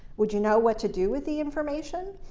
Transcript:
would you know what to do with the information?